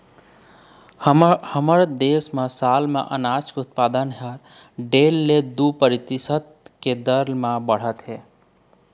हमर देश म साल म अनाज के उत्पादन ह डेढ़ ले दू परतिसत के दर म बाढ़त हे